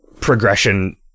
progression